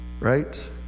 Right